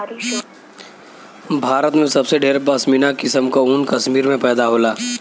भारत में सबसे ढेर पश्मीना किसम क ऊन कश्मीर में पैदा होला